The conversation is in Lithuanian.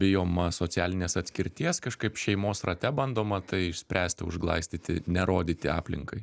bijoma socialinės atskirties kažkaip šeimos rate bandoma tai išspręst užglaistyti nerodyti aplinkai